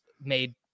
made